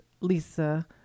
Lisa